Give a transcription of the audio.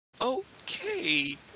Okay